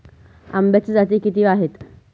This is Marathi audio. आंब्याच्या जाती किती आहेत?